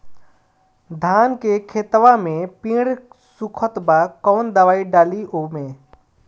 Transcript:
धान के खेतवा मे पेड़ सुखत बा कवन दवाई डाली ओमे?